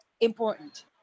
important